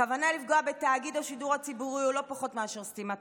הכוונה לפגוע בתאגיד השידור הציבורי היא לא פחות מאשר סתימת פיות.